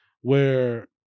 where-